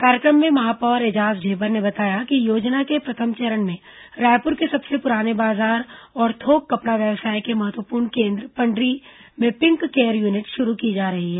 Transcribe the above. कार्यक्रम में महापौर एजाज ढेबर ने बताया कि योजना के प्रथम चरण में रायपुर के सबसे पुराने बाजार और थोक कपड़ा व्यवसाय के महत्वपूर्ण केन्द्र पंडरी में पिंक केयर यूनिट शुरू की जा रही है